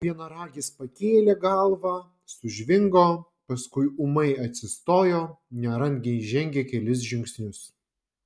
vienaragis pakėlė galvą sužvingo paskui ūmai atsistojo nerangiai žengė kelis žingsnius